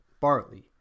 barley